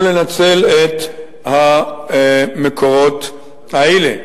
לנצל את המקורות האלה.